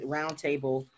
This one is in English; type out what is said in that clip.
Roundtable